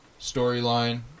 storyline